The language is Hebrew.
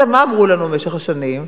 מה אמרו לנו במשך השנים?